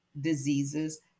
diseases